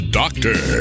doctor